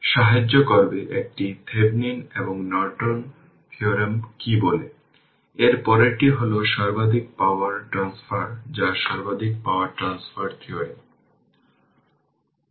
সুতরাং এটি জুড়ে vL তাহলে ix সাধারণভাবে vL হবে t লেখা নয়